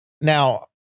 Now